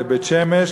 לבית-שמש,